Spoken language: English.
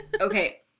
okay